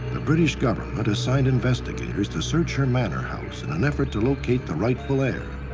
the british government assigned investigators to search her manor house in an effort to locate the rightful heir.